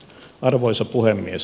arvoisa puhemies